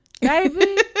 Baby